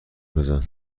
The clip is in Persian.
بزن